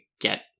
get